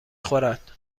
خورد